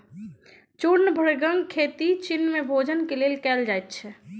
चूर्ण भृंगक खेती चीन में भोजन के लेल कयल जाइत अछि